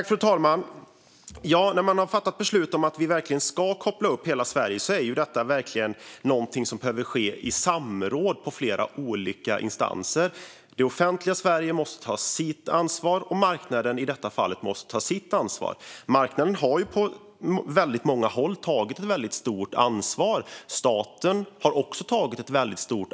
Fru talman! Man har fattat beslut om att vi ska koppla upp hela Sverige. Detta är verkligen någonting som behöver ske i samråd mellan flera olika instanser. Det offentliga Sverige måste ta sitt ansvar och marknaden sitt. Marknaden har på väldigt många håll tagit ett mycket stort ansvar, vilket även staten gjort.